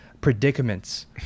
Predicaments